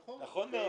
נכון.